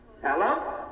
Hello